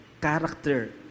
character